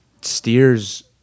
steers